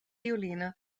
violine